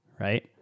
right